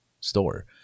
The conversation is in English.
store